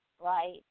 right